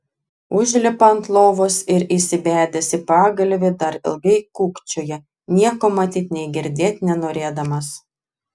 užlipa ant lovos ir įsibedęs į pagalvį dar ilgai kūkčioja nieko matyt nei girdėt nenorėdamas